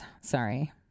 Sorry